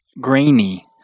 Grainy